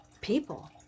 people